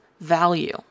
value